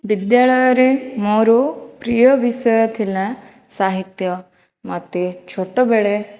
ବିଦ୍ୟାଳୟରେ ମୋର ପ୍ରିୟ ବିଷୟ ଥିଲା ସାହିତ୍ୟ ମୋତେ ଛୋଟବେଳେ